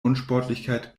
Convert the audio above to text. unsportlichkeit